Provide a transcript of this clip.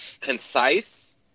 concise